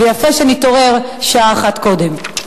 ויפה שנתעורר שעה אחת קודם.